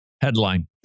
headline